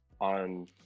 on